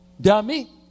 dummy